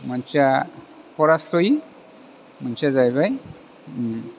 मोनसेया फरास्रय मोनसेया जाहैबाय